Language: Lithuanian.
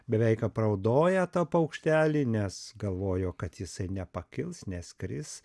beveik apraudoję tą paukštelį nes galvojo kad jisai nepakils neskris